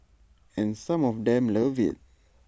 and some of them love IT